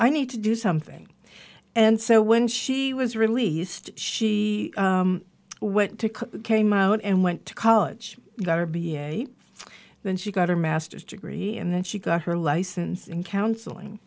i need to do something and so when she was released she went to came out and went to college got to be a then she got her master's degree and then she got her license in counseling